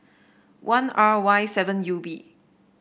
one R Y seven U B